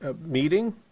meeting